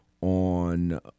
on